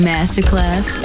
Masterclass